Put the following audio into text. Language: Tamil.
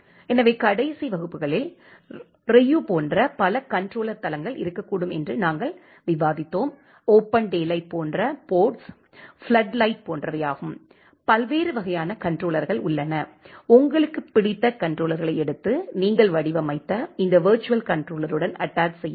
எனவே கடைசி வகுப்பில் ரியூ போன்ற பல கண்ட்ரோலர் தளங்கள் இருக்கக்கூடும் என்று நாங்கள் விவாதித்தோம் ஓபன் டேலைட் போன்ற போர்ட்ஸ் ஃப்ளட்லைட் போன்றவையாகும் பல்வேறு வகையான கண்ட்ரோலர்கள் உள்ளன உங்களுக்கு பிடித்த கண்ட்ரோலர்களை எடுத்து நீங்கள் வடிவமைத்த இந்த விர்ச்சுவல் கண்ட்ரோலருடன் அட்டாச் செய்ய வேண்டும்